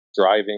driving